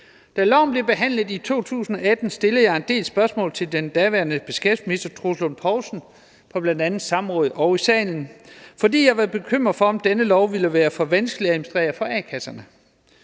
Da loven blev behandlet i 2018, stillede jeg en del spørgsmål til den daværende beskæftigelsesminister, Troels Lund Poulsen, på bl.a. samråd og i salen, fordi jeg var bekymret for, om denne lov ville være for vanskelig at administrere for a-kasserne.